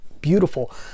beautiful